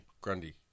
Grundy